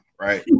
right